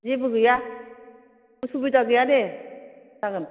जेबो गैया उसुबिदा गैया दे जागोन